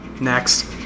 Next